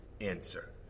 answer